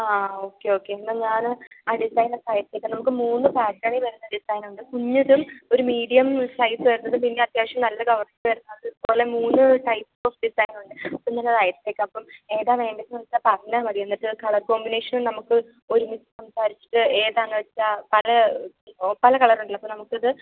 ആ okay okay എന്നാൽ ഞാൻ ആ ഡിസൈന് തയ്ച്ചിട്ട് നമുക്ക് മൂന്ന് ഫാഷനിൽ വരുന്ന ഡിസൈന് ഉണ്ട് തുന്നിയതും ഒരു മീഡിയം സൈസ് പിന്നെ അത്യാവശ്യം നല്ല അതുപോലെ മൂന്ന് സൈസ് ഓഫ് ഡിസൈൻ ഉണ്ട് അത് ഞാൻ അയച്ചേക്കാം ഏതാ വേണ്ടേത് വെച്ചാൽ പറഞ്ഞാൽ മതി എന്നിട്ട് കളർ കോമ്പിനേഷൻ നമുക്ക് ഒരുമിച്ച് സംസാരിച്ച് ഏതാണെന്ന് വെച്ചാൽ പല പല കളർ ഉണ്ടല്ലോ നമുക്കത്